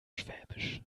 schwäbisch